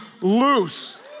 loose